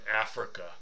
Africa